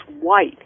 white